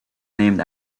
named